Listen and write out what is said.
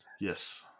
Yes